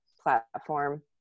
platform